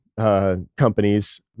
Companies